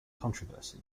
controversy